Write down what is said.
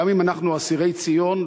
גם אם אנחנו אסירי ציון,